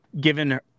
given